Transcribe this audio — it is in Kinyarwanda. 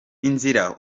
inzira